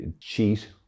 cheat